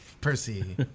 Percy